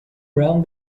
round